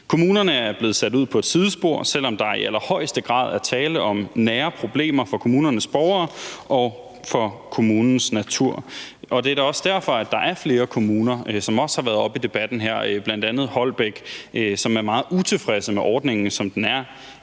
Kommunerne er blevet sat ud på et sidespor, selv om der i allerhøjeste grad er tale om nære problemer for kommunernes borgere og for kommunernes natur, og det er da også derfor, at der er flere kommuner – som også er blevet nævnt i debatten her – bl.a. Holbæk, som er meget utilfredse med ordningen, som den er